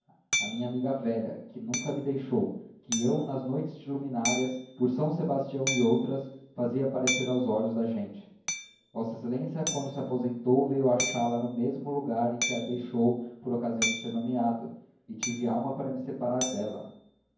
a minha amiga velha que nunca me deixou que eu nas noites de luminárias por são sebastião e outras fazia aparecer aos olhos da gente v exa quando se aposentou veio achá-la no mesmo lugar em que a deixou por ocasião de ser nomeado e tive alma para me separar dela